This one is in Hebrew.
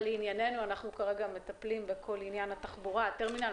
כרגע אנחנו מטפלים בכל עניין התחבורה והטרמינל,